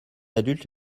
adultes